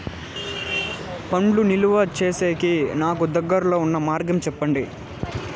పండ్లు నిలువ సేసేకి నాకు దగ్గర్లో ఉన్న మార్గం చెప్పండి?